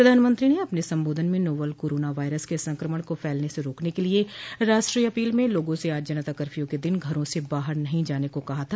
प्रधानमंत्री ने अपने संबोधन में नोवेल कोरोना वायरस के संक्रमण को फैलने से रोकने के लिए राष्ट्रीय अपील में लोगों से आज जनता कर्फ्यू के दिन घरों से बाहर नहीं जाने को कहा था